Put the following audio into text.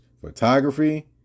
photography